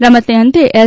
રમતને અંતે એસ